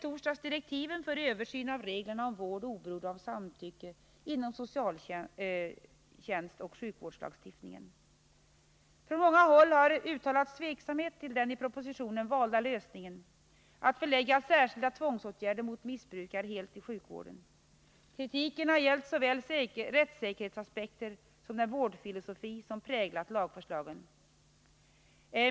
Från många håll har uttalats tveksamhet till den i propositionen valda lösningen att förlägga särskilda tvångsåtgärder mot missbrukare helt till sjukvården. Kritiken har gällt såväl rättssäkerhetsaspekter som den vårdfilosofi som präglat lagförslagen.